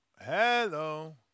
Hello